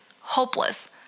hopeless